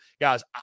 Guys